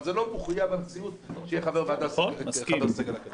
אבל זה לא מחויב המציאות שיהיה חבר ועדה מהסגל האקדמי.